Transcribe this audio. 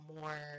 more